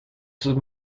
sus